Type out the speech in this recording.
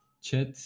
Chat